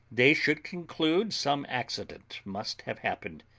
they should conclude some accident must have happened,